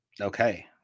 okay